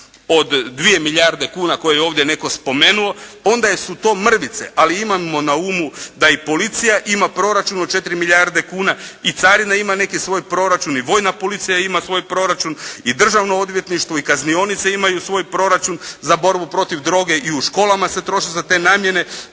od 2 milijarde kuna koje je ovdje netko spomenuo, onda su to mrvice, ali imamo na umu da i policija ima proračun od 4 milijarde kuna i carina ima neki svoj proračun, i vojna policija ima svoj proračun, i Državno odvjetništvo, i kaznionice imaju svoj proračun za borbu protiv droge, i u školama se troši za te namjene